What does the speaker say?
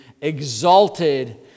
exalted